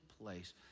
place